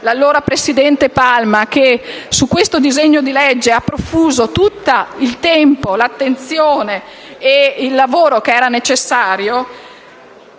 dall'allora presidente Palma, che su questo disegno di legge hanno profuso tutto il tempo, l'attenzione e il lavoro necessari